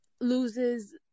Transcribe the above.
loses